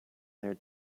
their